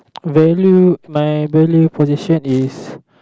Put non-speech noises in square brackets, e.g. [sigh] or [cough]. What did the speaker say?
[noise] my value my value position is